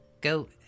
go